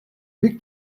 big